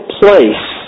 place